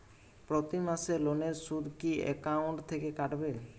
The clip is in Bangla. প্রতি মাসে লোনের সুদ কি একাউন্ট থেকে কাটবে?